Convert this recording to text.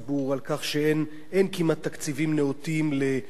על כך שאין כמעט תקציבים נאותים למעונות,